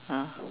ah